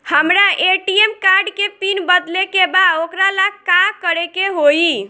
हमरा ATM card के PIN बदले के बा वोकरा ला का करे के होई?